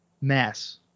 Mass